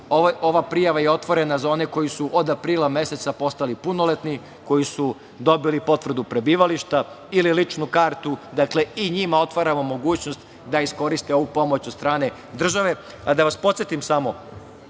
Ova prijava je otvorena za one koji su od aprila meseca postali punoletni, koji su dobili potvrdu prebivališta ili ličnu kartu. Dakle, i njima otvaramo mogućnost da iskoriste ovu pomoć od strane države. Da vas podsetim samo,